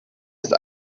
ist